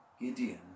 Gideon